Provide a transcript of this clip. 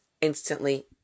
instantly